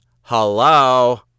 Hello